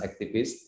activists